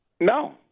no